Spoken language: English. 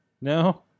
No